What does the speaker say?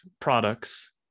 products